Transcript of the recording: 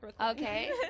Okay